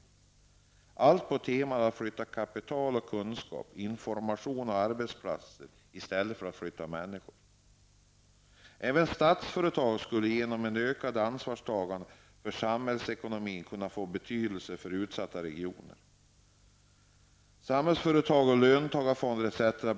Allt detta bygger på temat att man skall flytta kapital, kunskap, information och arbetsplatser i stället för att flytta människor. Även statlia företag skulle genom ett ökat ansvarstagande för samhällsekonomin kunna få betydelse för utsatta regioner. Samhällsföretag, löntagarfonder, etc.